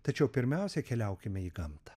tačiau pirmiausia keliaukime į gamtą